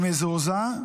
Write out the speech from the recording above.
אני מזועזע,